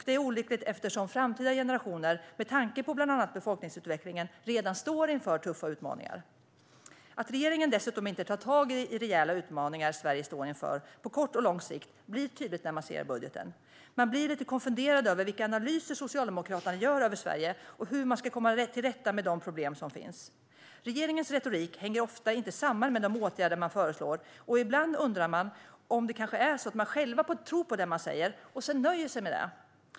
Det är olyckligt, eftersom framtida generationer med tanke på bland annat befolkningsutvecklingen redan står inför tuffa utmaningar. Att regeringen dessutom inte tar tag i de rejäla utmaningar Sverige står inför på kort och lång sikt blir tydligt när man ser budgeten. Jag blir lite konfunderad över vilka analyser Socialdemokraterna gör över Sverige och hur man ska komma till rätta med de problem som finns. Regeringens retorik hänger ofta inte samman med de åtgärder man föreslår. Ibland undrar jag om det kanske är så att man själv tror på det man säger och sedan nöjer sig med det.